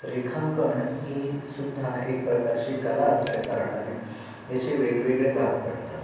रेखांकन ही सुद्धा एक प्रकारची कला असल्याकारणाने याचे वेगवेगळे भाग पडतात